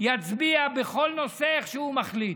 יצביע בכל נושא איך שהוא מחליט.